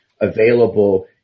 available